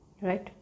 right